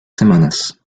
semanas